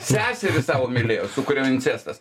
sesė savo mylėjo su kuria incestas